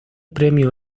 premio